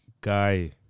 guy